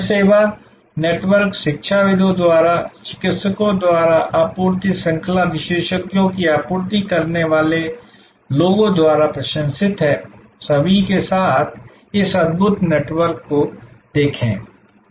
यह सेवा नेटवर्क शिक्षाविदों द्वारा चिकित्सकों द्वारा आपूर्ति श्रृंखला विशेषज्ञों की आपूर्ति करने वाले लोगों द्वारा प्रशंसित है सभी के साथ इस अद्भुत नेटवर्क को देखें